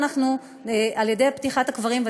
על ידי פתיחת הקברים,